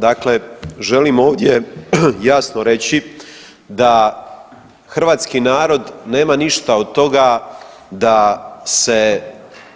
Dakle, želim ovdje jasno reći da hrvatski narod nema ništa od toga da se